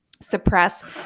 suppress